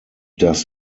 does